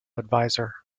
advisor